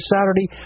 Saturday